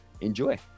enjoy